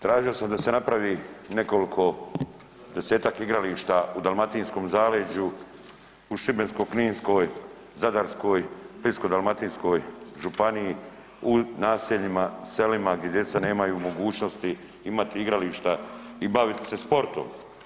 Tražio sam da se napravi nekolko desetaka igrališta u Dalmatinskom zaleđu u Šibensko-kninskoj, Zadarskoj, Splitsko-dalmatinskoj županiji u naseljima, selima gdje djeca nemaju mogućnosti imati igrališta i baviti se sportom.